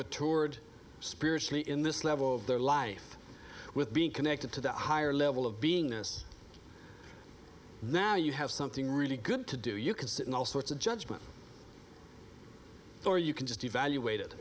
matured spiritually in this level of their life with being connected to the higher level of beingness now you have something really good to do you can sit in all sorts of judgment or you can just evaluate it